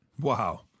Wow